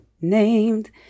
named